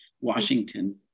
Washington